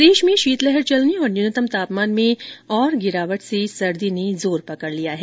प्रदेश में शीतलहर चलने और न्यूनतम तापमान में और गिरावट से सर्दी ने जोर पकड़ लिया है